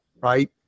right